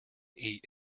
eat